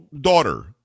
daughter